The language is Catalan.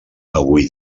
avui